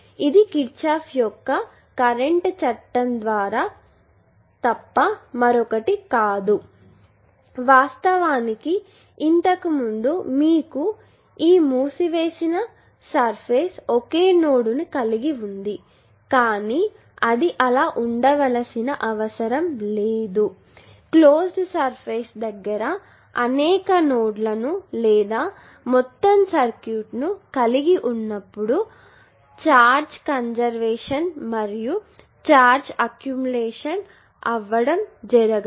ఇది కిర్ఛాఫ్ యొక్క కరెంటు చట్టం తప్ప మరొకటి కాదు వాస్తవానికి ఇంతకుముందు మీకు ఈ మూసివేసిన సర్ఫేస్ ఒకే నోడ్ ని కలిగి ఉంది కానీ అది అలా ఉండవలసిన అవసరం లేదు క్లోస్డ్ సర్ఫేస్ దగ్గర అనేక నోడ్లను లేదా మొత్తం సర్క్యూట్ను కలిగి ఉన్నప్పుడు ఛార్జ్ కంజర్వేషన్ మరియు ఛార్జ్ అక్యుములేషన్ అవ్వడం జరగదు